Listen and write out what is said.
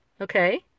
Okay